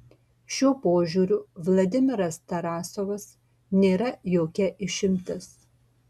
šiuo požiūriu vladimiras tarasovas nėra jokia išimtis